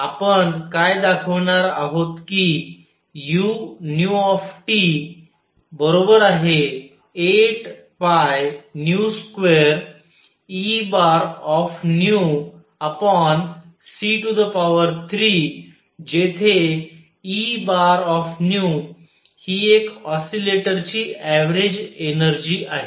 आपण काय दाखविणार आहोत कि u 8π2Eνc3 जेथे Eν ही एका ऑस्सीलेटर ची ऍव्हरेज एनर्जी आहे